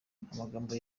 amagambo